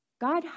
God